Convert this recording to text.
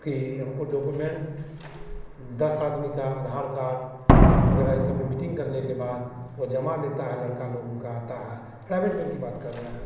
कि हमको डॉकोमेन्ट दस आदमी का आधार कार्ड वगैरह ही सबकी मीटिंग करने के बाद वह जमा लेता है लड़का लोगों का आता है प्राइवेट बैंक की बात कर रहे हैं